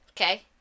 Okay